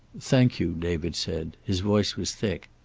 thank you, david said. his voice was thick.